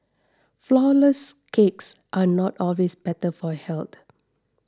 Flourless Cakes are not always better for health